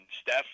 Steph